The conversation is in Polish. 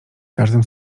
każdym